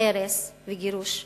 ההרס וגירוש הסורים.